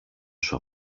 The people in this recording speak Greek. σου